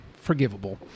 forgivable